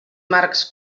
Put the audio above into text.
marcs